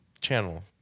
channel